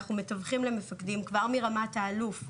אנחנו מתווכים למפקדים כבר מרמת האלוף,